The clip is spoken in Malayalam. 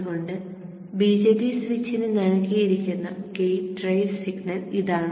അതുകൊണ്ടു BJT സ്വിച്ചിന് നൽകിയിരിക്കുന്ന ഗേറ്റ് ഡ്രൈവ് സിഗ്നൽ ഇതാണ്